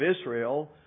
Israel